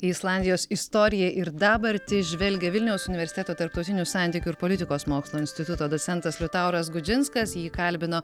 į islandijos istoriją ir dabartį žvelgia vilniaus universiteto tarptautinių santykių politikos mokslų instituto docentas liutauras gudžinskas jį kalbino